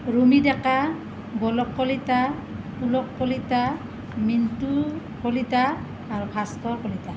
ৰুমি ডেকা গোলক কলিতা পুলক কলিতা মিণ্টু কলিতা আৰু ভাস্কৰ কলিতা